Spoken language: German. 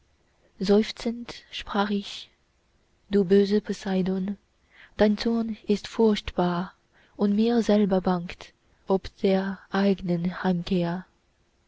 seufzend sprach ich du böser poseidon dein zorn ist furchtbar und mir selber bangt ob der eigenen heimkehr